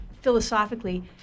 philosophically